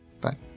Bye